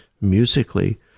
musically